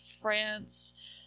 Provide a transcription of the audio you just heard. France